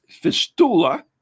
fistula